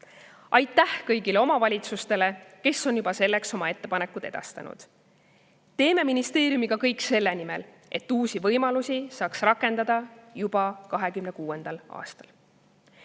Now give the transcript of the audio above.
Aitäh kõigile omavalitsustele, kes on selleks oma ettepanekud juba edastanud! Teeme ministeeriumiga kõik selle nimel, et uusi võimalusi saaks rakendada juba 2026. aastal.